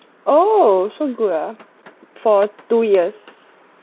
oh so good ah for two years